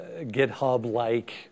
GitHub-like